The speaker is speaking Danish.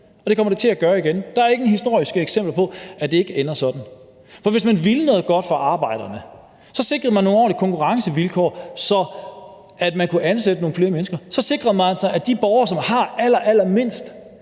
og det kommer det til at gøre igen. Der er ingen historiske eksempler på, at det ikke ender sådan. For hvis man ville noget godt for arbejderne, sikrede man nogle ordentlige konkurrencevilkår, så man kunne ansætte nogle flere mennesker; så sikrede man, at de borgere, som har allerallermindst,